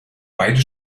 beide